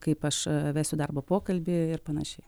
kaip aš vesiu darbo pokalbį ir panašiai